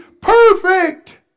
perfect